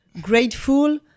Grateful